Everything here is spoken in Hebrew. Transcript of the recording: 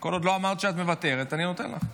כל עוד לא אמרת שאת מוותרת, אני נותן לך.